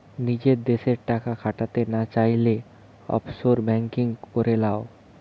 নিজের দেশে টাকা খাটাতে না চাইলে, অফশোর বেঙ্কিং করে লাও